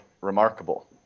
remarkable